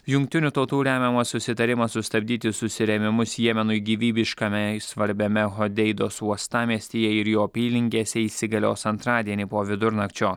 jungtinių tautų remiamas susitarimas sustabdyti susirėmimus jemenui gyvybiškame svarbiame hodeidos uostamiestyje ir jo apylinkėse įsigalios antradienį po vidurnakčio